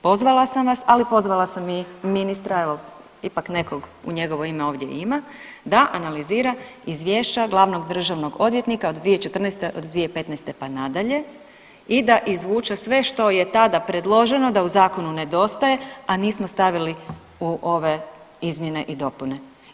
Pozvala sam vas, ali pozvala sam i ministra evo ipak nekog u njegovo ime ovdje ima, da analizira izvješća glavnog državnog odvjetnika od 2014., od 2015. pa nadalje i da izvuče sve što je tada predloženo da u zakonu nedostaje, a nismo stavili u ove izmjene i dopune.